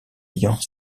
ayant